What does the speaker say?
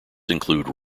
included